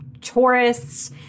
tourists